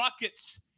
Buckets